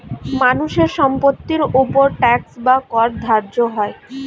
মানুষের সম্পত্তির উপর ট্যাক্স বা কর ধার্য হয়